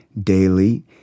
daily